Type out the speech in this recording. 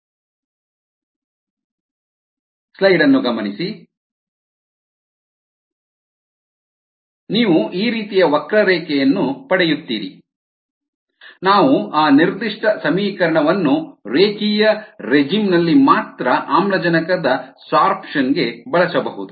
ln CC CO2 versus ಸಮಯಕ್ಕೆ ನೀವು ಈ ರೀತಿಯ ವಕ್ರರೇಖೆಯನ್ನು ಪಡೆಯುತ್ತೀರಿ ನಾವು ಆ ನಿರ್ದಿಷ್ಟ ಸಮೀಕರಣವನ್ನು ರೇಖೀಯ ರೆಜಿಮ್ ನಲ್ಲಿ ಮಾತ್ರ ಆಮ್ಲಜನಕದ ಸೋರ್ಪ್ಷನ್ ಗೆ ಬಳಸಬಹುದು